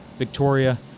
Victoria